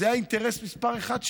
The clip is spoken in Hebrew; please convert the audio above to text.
זה האינטרס מספר אחת שלנו,